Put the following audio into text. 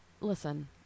listen